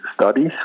studies